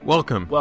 Welcome